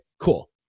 cool